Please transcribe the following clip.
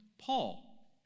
paul